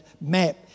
map